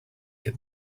can